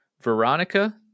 Veronica